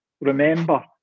remember